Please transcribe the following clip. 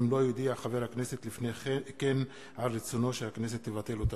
אם לא יודיע חבר הכנסת לפני כן על רצונו שהכנסת תבטל אותה.